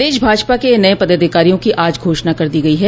प्रदेश भाजपा के नये पदाधिकारियों की आज घोषणा कर दी गई है